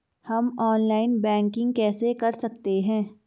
हम online banking कैसे कर सकते हैं?